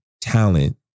talent